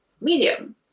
medium